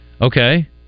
Okay